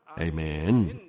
Amen